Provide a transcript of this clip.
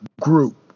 group